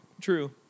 True